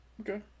Okay